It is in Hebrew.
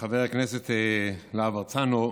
חבר הכנסת יוראי להב הרצנו,